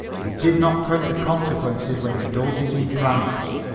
he did not count the consequences when indulging in pranks.